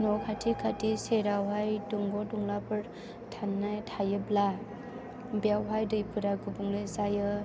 न' खाथि खाथि सेरावहाय दंग' दंलाफोर थायोब्ला बेयावहाय दैफोरा गुबुंले जायो